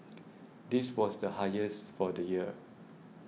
this was the highest for the year